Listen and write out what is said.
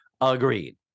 Agreed